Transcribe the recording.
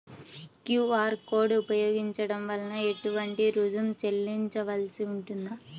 QR code ఉపయోగించటం వలన ఏటువంటి రుసుం చెల్లించవలసి ఉంటుంది?